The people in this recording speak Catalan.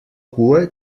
cua